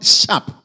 sharp